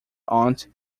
aunt